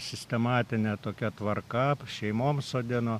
sistematinė tokia tvarka šeimoms sodino